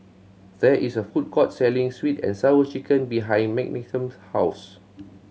there is a food court selling Sweet And Sour Chicken behind Menachem's house